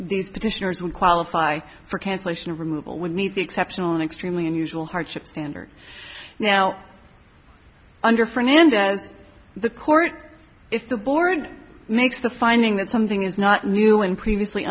these petitioners would qualify for cancellation of removal would meet the exceptional and extremely unusual hardship standard now under fernandez the court if the board makes the finding that something is not new and previously